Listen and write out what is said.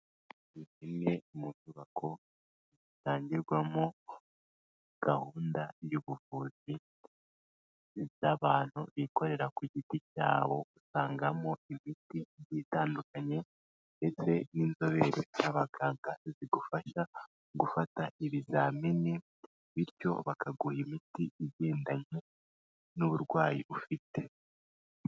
Imwe mu nyubako zitangirwamo gahunda y'ubuvuzi z'abantu bikorera ku giti cyabo, usangamo imiti itandukanye ndetse n'inzobere z'abaganga izigufasha gufata ibizamini, bityo bakaguha imiti igendanye n'uburwayi ufite.